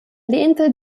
lehnte